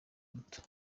muto